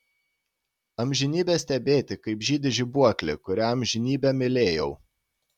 amžinybę stebėti kaip žydi žibuoklė kurią amžinybę mylėjau